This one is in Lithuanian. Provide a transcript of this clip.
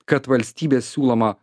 kad valstybės siūloma